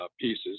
pieces